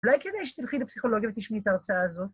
אולי כדאי שתלכי לפסיכולוגיה ותשמעי את ההרצאה הזו?